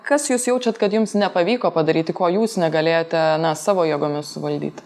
kas jūs jaučiat kad jums nepavyko padaryti ko jūs negalėjote savo jėgomis suvaldyti